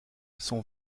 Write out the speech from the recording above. son